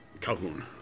Calhoun